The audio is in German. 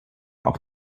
auch